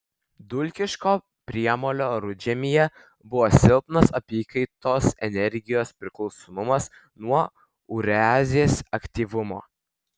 dulkiško priemolio rudžemyje buvo silpnas apykaitos energijos priklausomumas nuo ureazės aktyvumo